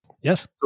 Yes